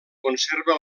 conserva